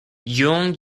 yoon